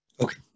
Okay